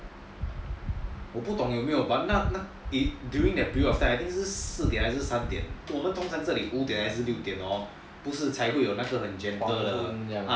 我不懂有没有 but during that time 我们通常在这里的五点还是六点 hor 不是才会有那个很 gentle